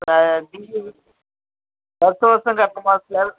அது டுயூ பத்து வருஷம் கட்டணுமா சார்